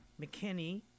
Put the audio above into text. McKinney